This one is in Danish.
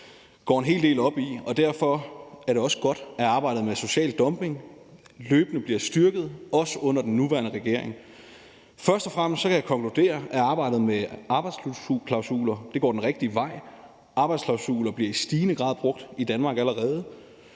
selv går en hel del op i. Derfor er det også godt, at arbejdet med at bekæmpe social dumping løbende bliver styrket, også under den nuværende regering. Først og fremmest kan jeg konkludere, at arbejdet med arbejdsklausuler går den rigtige vej. Arbejdsklausuler bliver i stigende grad brugt i Danmark. Derudover